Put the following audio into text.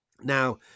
Now